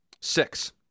Six